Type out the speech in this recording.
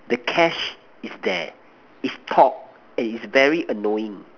the cash is that it's talk and it's very annoying